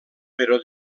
però